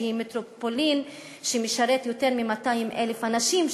שהיא מטרופולין שמשרתת יותר מ-200,000 אנשים,